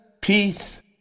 peace